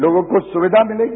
लोगों को सुक्धिा मिलेगी